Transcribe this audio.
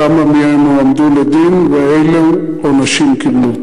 4. כמה מהם הועמדו לדין ואילו עונשים קיבלו?